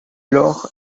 lors